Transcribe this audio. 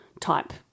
type